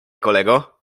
kolego